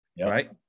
right